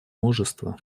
мужество